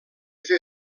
fer